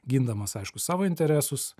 gindamas aišku savo interesus